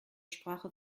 sprache